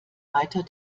weiter